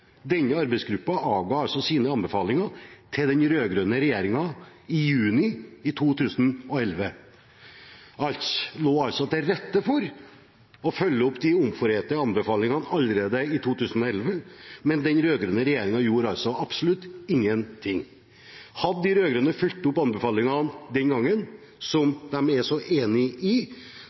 Denne arbeidsgruppen avga altså sine anbefalinger til den rød-grønne regjeringen i juni 2011. Alt lå altså til rette for å følge opp de omforente anbefalingene allerede i 2011, men den rød-grønne regjeringen gjorde absolutt ingenting. Hadde de rød-grønne den gangen fulgt opp anbefalingene som de er så enig i,